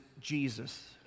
Jesus